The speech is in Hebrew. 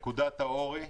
נקודת האור היא,